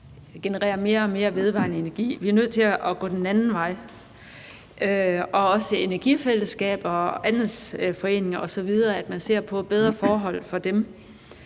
generere mere og mere vedvarende energi. Vi er nødt til at gå den anden vej. Også når det gælder energifællesskaber og andelsforeninger osv., skal man se på bedre forhold for dem.